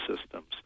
systems